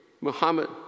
...Muhammad